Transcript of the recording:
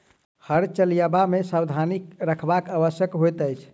हर चलयबा मे सावधानी राखब आवश्यक होइत अछि